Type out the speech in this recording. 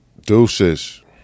Deuces